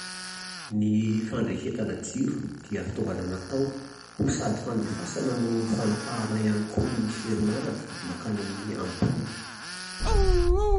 Ny fandrehetana jiro dia fitaovana natao ho sady fandefasana no fanapahana ihany koa ny herinaratra mankany amin'ny ampola